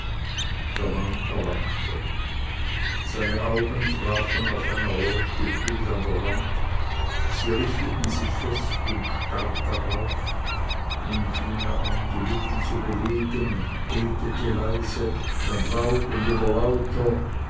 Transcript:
der mann erwachte seine augen trafen auf ein erleuchtet bild an der wand sie richteten sich fest und starr darauf nun fing er an die lippen zu bewegen und betete leise dann laut und immer lauter